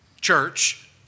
church